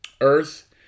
earth